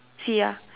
see you